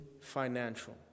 financial